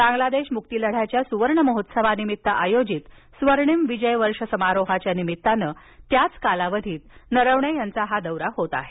बांगलादेश मुक्ती लढयाच्या सुवर्णमहोत्सवानिमित्त आयोजित स्वर्णिम विजय वर्ष समारोहाच्या निमित्तानं त्याचं कालावधीत नरवणे यांचा हा दौरा होत आहे